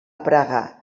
praga